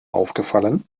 aufgefallen